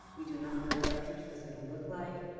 we do not know what our future is going to look like.